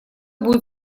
будет